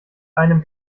einem